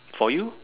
for you